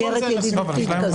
איגרת ידידותית.